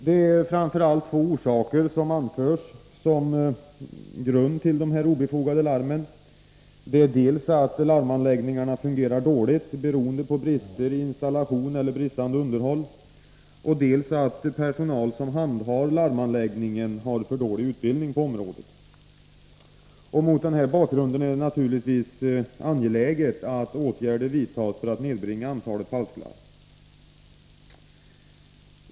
Det är framför allt två orsaker som anförs ligga till grund för de obefogade larmen. Det är dels att larmanläggningarna fungerar dåligt beroende på brister i installationen eller bristande underhåll, dels att personal som handhar larmanläggningen har för dålig utbildning på området. Mot denna bakgrund är det naturligtvis angeläget att åtgärder vidtas för att nedbringa antalet falsklarm.